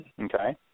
Okay